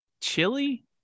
chili